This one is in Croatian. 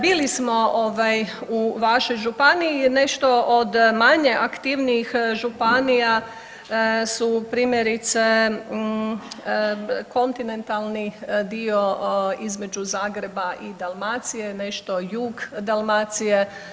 Bili smo u vašoj županiji i nešto od manje aktivnijih županija su primjerice kontinentalni dio između Zagreba i Dalmacije, nešto jug Dalmacije.